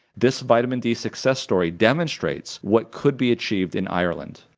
this vitamin d success story demonstrates what could be achieved in ireland.